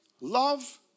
love